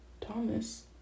Thomas